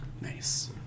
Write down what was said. Nice